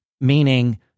Meaning